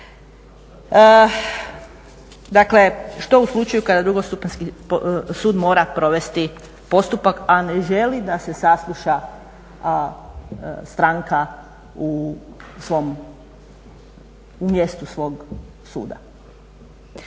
Dakle, što u slučaju kada drugostupanjski sud mora provesti postupak, a ne želi da se sasluša stranka u mjestu svog suda.